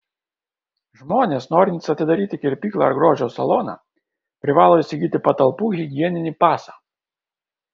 žmonės norintys atidaryti kirpyklą ar grožio saloną privalo įsigyti patalpų higieninį pasą